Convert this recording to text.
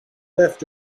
left